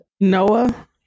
noah